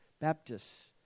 Baptists